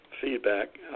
feedback